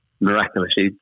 miraculously